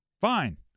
Fine